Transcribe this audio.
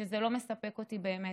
שזה לא מספק אותי באמת,